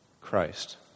Christ